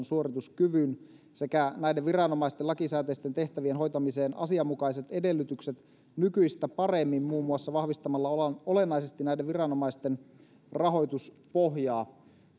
suorituskyvyn sekä näiden viranomaisten lakisääteisten tehtävien hoitamiseen asianmukaiset edellytykset nykyistä paremmin muun muassa vahvistamalla olennaisesti näiden viranomaisten rahoituspohjaa